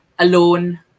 Alone